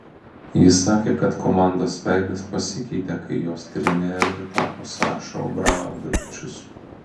jis sakė kad komandos veidas pasikeitė kai jos treneriu tapo saša obradovičius